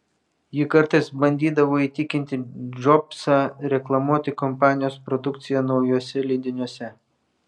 ji kartais bandydavo įtikinti džobsą reklamuoti kompanijos produkciją naujuose leidiniuose